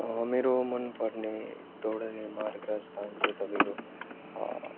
मेरो मन पर्ने दौडनै मार्ग रास्ता चाहिँ तपाईँको